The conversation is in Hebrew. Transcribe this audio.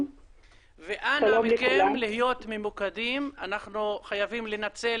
אנא מכם להיות ממוקדים, אנחנו חייבים לנצל